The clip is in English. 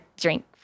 Drink